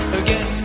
again